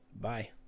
bye